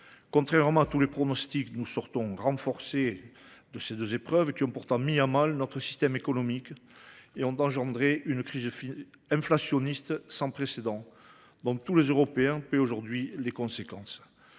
Déjouant tous les pronostics, nous sortons renforcés de ces deux épreuves, qui ont pourtant mis à mal notre système économique et provoqué une crise inflationniste sans précédent, dont tous les Européens paient aujourd’hui les conséquences.